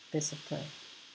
best surprise